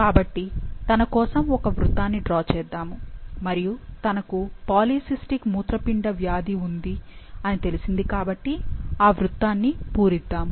కాబట్టి తనకోసం ఒక వృత్తాన్ని డ్రా చేద్దాము మరియు తనకు పాలిసిస్టిక్ మూత్రపిండ వ్యాధి ఉంది అని తెలిసింది ఈ వృత్తాన్ని పూరిద్దాము